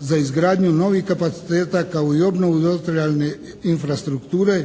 za izgradnju novih kapaciteta kao i obnovu dotrajale infrastrukture